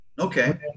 Okay